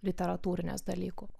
literatūrines dalykų